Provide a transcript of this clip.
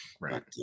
Right